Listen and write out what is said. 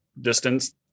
distance